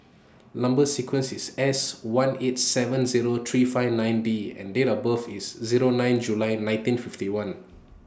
Number sequence IS S one eight seven Zero three five nine D and Date of birth IS Zero nine July nineteen fifty one